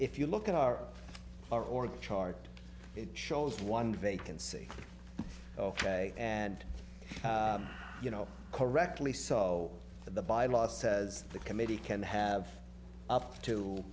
if you look at our org chart it shows one vacancy ok and you know correctly so the by law says the committee can have up to